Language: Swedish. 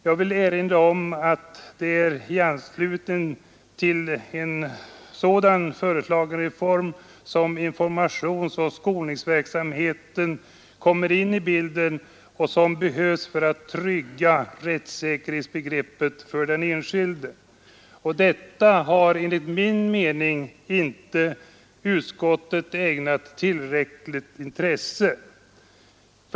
Jag vill erinra om den informationsoch skolningsverksamhet som i anslutning till en sådan reform kommer in i bilden och som behövs för att trygga rättssäkerheten för den enskilde. Denna verksamhet har enligt min mening inte utskottet ägnat tillräckligt intresse.